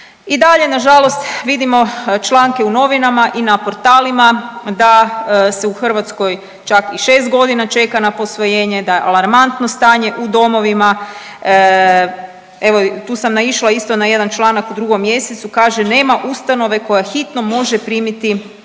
I dalje nažalost vidimo članke u novinama i na portalima da se u Hrvatskoj čak i 6 godina čeka na posvojenje, da je alarmantno stanje u domovima, evo tu sam naišla na jedan članak u 2. mjesecu kaže nema ustanove koja hitno može primiti